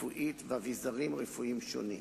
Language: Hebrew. רפואית ואביזרים רפואיים שונים,